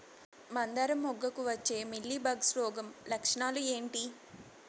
మందారం మొగ్గకు వచ్చే మీలీ బగ్స్ రోగం లక్షణాలు ఏంటి?